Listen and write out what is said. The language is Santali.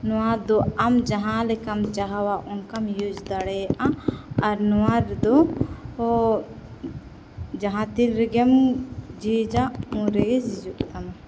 ᱱᱚᱣᱟ ᱫᱚ ᱟᱢ ᱡᱟᱦᱟᱸ ᱞᱮᱠᱟᱢ ᱪᱟᱦᱟᱣᱟ ᱚᱱᱠᱟᱢ ᱤᱭᱩᱡᱽ ᱫᱟᱲᱮᱭᱟᱜᱼᱟ ᱟᱨ ᱱᱚᱣᱟ ᱨᱮᱫᱚ ᱚᱻ ᱡᱟᱦᱟᱸ ᱛᱤᱱ ᱨᱮᱜᱮᱢ ᱡᱷᱤᱡᱟ ᱩᱱᱨᱮᱜᱮ ᱡᱷᱤᱡᱚᱜ ᱛᱟᱢᱟ